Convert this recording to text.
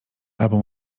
albo